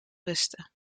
rusten